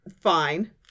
fine